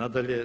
Nadalje